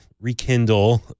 rekindle